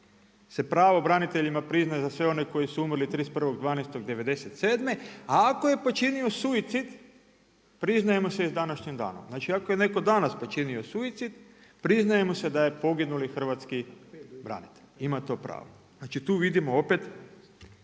se pravo braniteljima priznaje za sve one koji su umrli 31.12.'97., a ako je počinio suicid priznaje mu se i s današnjim danom. Znači ako je netko danas počinio suicid priznaje mu se da je poginuli hrvatski branitelj, ima tu pravo. Znači tu vidimo opet